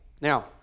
now